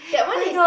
that one is